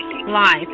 Live